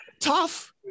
tough